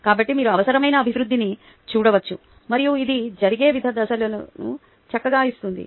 కాబట్టి మీరు అవసరమైన అభివృద్ధిని చూడవచ్చు మరియు ఇది జరిగే వివిధ దశలను చక్కగా ఇస్తుంది